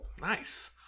Nice